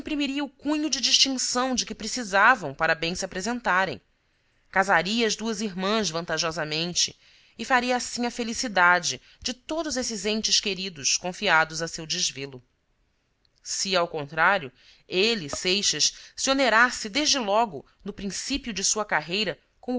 o cunho de distinção de que precisavam para bem se apresentarem casaria as duas irmãs vantajosamente e faria assim a felicidade de todos esses entes queridos confiados a seu desvelo se ao contrário ele seixas se onerasse desde logo no princípio de sua carreira com